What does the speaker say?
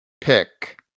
pick